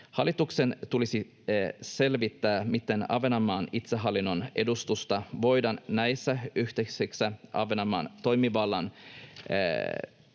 Hallituksen tulisi selvittää, miten Ahvenanmaan itsehallinnon edustusta voidaan näissä yhteyksissä Ahvenanmaan toimivallan